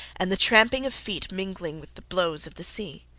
and the tramping of feet mingling with the blows of the sea.